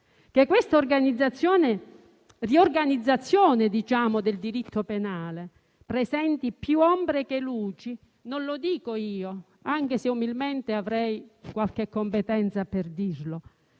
Che la prevista riorganizzazione del diritto penale presenti più ombre che luci non lo dico io, anche se umilmente avrei qualche competenza per farlo.